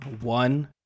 One